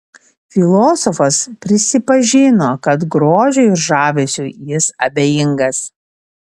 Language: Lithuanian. filosofas prisipažino kad grožiui ir žavesiui jis abejingas